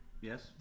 Yes